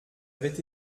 avait